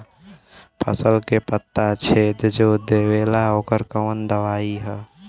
फसल के पत्ता छेद जो देवेला ओकर कवन दवाई ह?